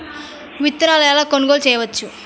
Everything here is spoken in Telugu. విత్తనాలను ఆన్లైనులో ఎలా కొనుగోలు చేయవచ్చు?